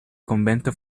convento